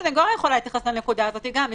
אדוני מניח שכל שופט יהיה מוכן לבוא, אבל בסדר.